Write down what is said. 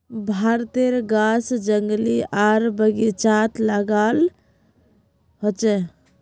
भारतेर गाछ जंगली आर बगिचात लगाल होचे